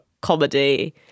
comedy